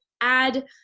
add